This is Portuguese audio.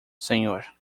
senhor